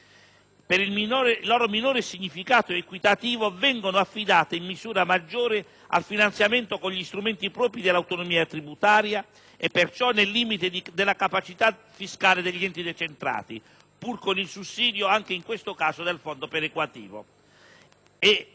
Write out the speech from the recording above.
per il loro minore significato equitativo, vengono affidate in misura maggiore al finanziamento con gli strumenti propri dell'autonomia tributaria e, perciò, nel limite della capacità fiscale degli enti decentrati, pur con il sussidio anche in questo caso del fondo perequativo.